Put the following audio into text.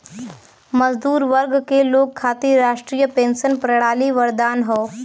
मजदूर वर्ग के लोग खातिर राष्ट्रीय पेंशन प्रणाली वरदान हौ